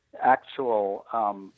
actual